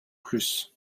plus